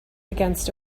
against